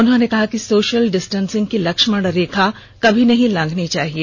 उन्होंने कहा कि सोशल डिस्टेंसिंग की लक्ष्मण रेखा कभी भी लांघनी नहीं है